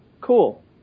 Cool